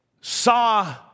saw